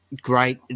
great